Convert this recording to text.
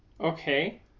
Okay